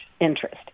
interest